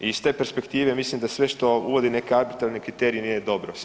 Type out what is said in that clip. I iz te perspektive, mislim da sve što uvodi neke arbitrarne kriterije, nije dobro.